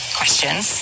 questions